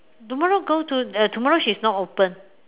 tomorrow go to uh tomorrow she is not open